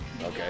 Okay